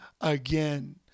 again